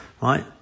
right